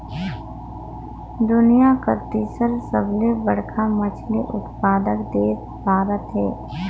दुनिया कर तीसर सबले बड़खा मछली उत्पादक देश भारत हे